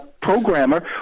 programmer